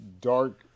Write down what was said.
dark